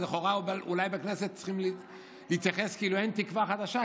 אז לכאורה אולי בכנסת צריכים להתייחס כאילו אין תקווה חדשה,